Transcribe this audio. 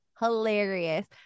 hilarious